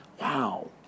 Wow